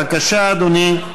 בבקשה אדוני,